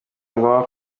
ngombwa